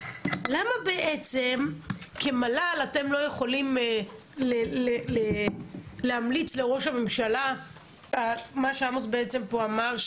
למה בעצם כמל"ל אתם לא יכולים להמליץ לראש הממשלה מה שעמוס בעצם פה אמר,